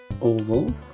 Oval